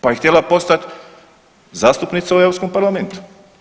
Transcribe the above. Pa je htjela postat zastupnica u Europskom parlamentu.